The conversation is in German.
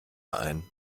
ein